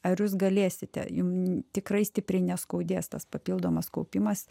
ar jūs galėsite jum tikrai stipriai neskaudės tas papildomas kaupimas